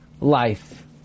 life